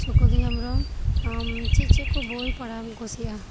ᱥᱩᱠᱳᱫᱤ ᱦᱮᱢᱵᱽᱨᱚᱢ ᱟᱢ ᱪᱮᱫ ᱪᱮᱫ ᱠᱚ ᱵᱚᱭ ᱯᱟᱲᱦᱟᱣ ᱮᱢ ᱠᱩᱥᱤᱭᱟᱜᱼᱟ